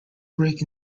break